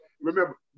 remember